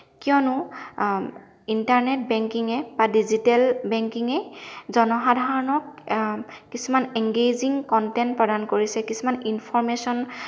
কিয়নো ইণ্টাৰনেট বেংকিঙে বা ডিজিটেল বেংকিঙে জনসাধাৰণক কিছুমান এংগেজিং কণ্টেণ্ট প্ৰদান কৰিছে কিছুমান ইনফৰ্মেশ্যন